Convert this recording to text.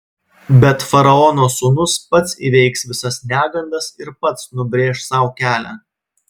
bet faraono sūnus pats įveiks visas negandas ir pats nubrėš sau kelią